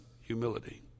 humility